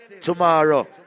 Tomorrow